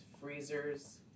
freezers